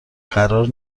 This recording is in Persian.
قرار